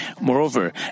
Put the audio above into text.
Moreover